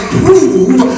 prove